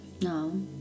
No